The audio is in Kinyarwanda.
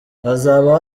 hazaba